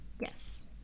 Yes